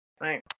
Right